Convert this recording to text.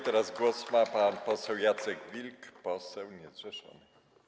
Teraz głos ma pan poseł Jacek Wilk, poseł niezrzeszony.